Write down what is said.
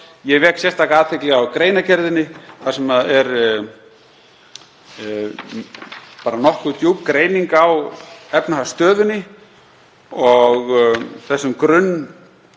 Ég vek sérstaka athygli á greinargerðinni þar sem er nokkuð djúp greining á efnahagsstöðunni og þeim grunni